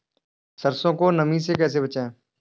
सरसो को नमी से कैसे बचाएं?